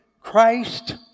Christ